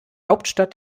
hauptstadt